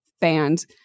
band